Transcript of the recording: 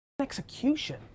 execution